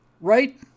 Right